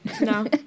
No